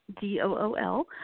D-O-O-L